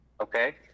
Okay